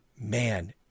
man